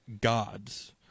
gods